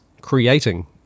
creating